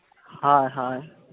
ᱦᱳᱭ ᱦᱳᱭ